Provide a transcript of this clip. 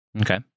Okay